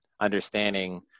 understanding